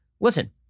listen